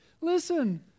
Listen